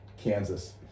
Kansas